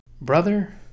Brother